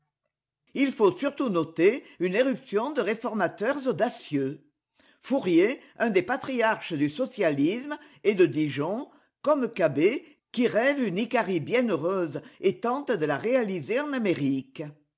il faut surtout noter une éruption de réformateurs audacieux fourier un des patriarches du socialisme est de dijon comme cabet qui rêve une icarie bienheureuse et tente de la réaliser en amérique